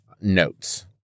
notes